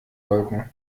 wolken